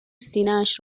سینهاش